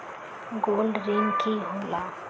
Gold ऋण की होला?